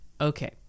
Okay